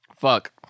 Fuck